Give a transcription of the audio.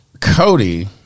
Cody